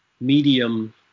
medium